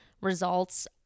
results